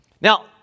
Now